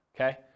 okay